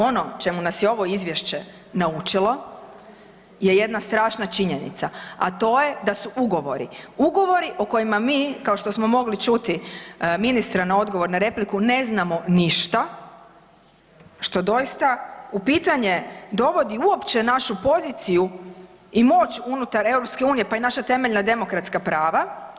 Ono čemu nas je ovo Izvješće naučilo je jedna strašna činjenica, a to je da su ugovori, ugovori o kojima mi, kao što smo mogli čuti ministra na odgovor na repliku ne znamo ništa, što doista u pitanje dovodi uopće našu poziciju i moć unutar EU pa i naša temeljna demokratska prava.